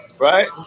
Right